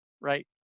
right